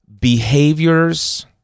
behaviors